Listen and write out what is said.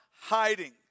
hiding